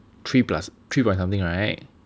three plus three plus something right